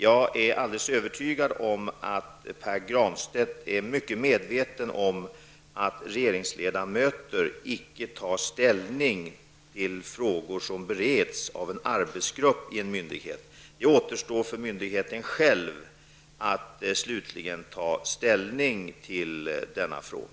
Jag är alldeles övertygad om att Pär Granstedt är mycket medveten om att regeringsledamöter icke tar ställning till frågor som bereds av en arbetsgrupp i en myndighet. Det återstår för myndigheten själv att slutligen ta ställning till denna fråga.